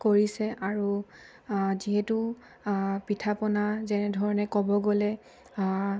কৰিছে আৰু যিহেতু পিঠা পনা যেনেধৰণে ক'ব গ'লে